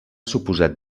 suposat